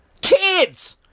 Kids